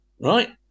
right